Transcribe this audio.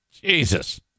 Jesus